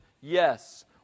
yes